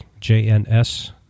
JNS